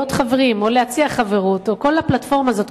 חברים או להציע חברות וכל הפלטפורמה הזאת,